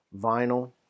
vinyl